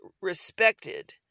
respected